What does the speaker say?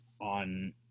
on